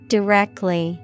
Directly